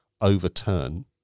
overturn